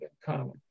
common